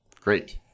great